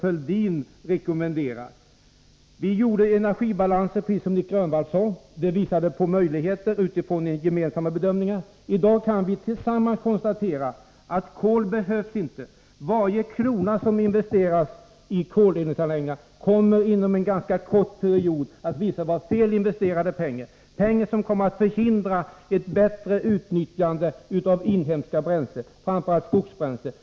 I den energibalans som vi gjorde påvisade vi, precis som Nic Grönvall sade, möjligheter utifrån gemensamma bedömningar. I dag kan vi tillsammans konstatera att kol inte behövs. Varje krona som investeras i kolreningsanläggningar kommer inom en ganska kort period att visa sig vara felinvesterad. Det förhindrar ett bättre utnyttjande av inhemska bränslen, framför allt skogsbränsle.